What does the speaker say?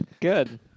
Good